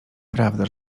prawda